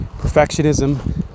perfectionism